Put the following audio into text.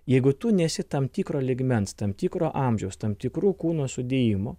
jeigu tu nesi tam tikro lygmens tam tikro amžiaus tam tikrų kūno sudėjimų